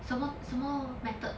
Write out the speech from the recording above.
什么什么 method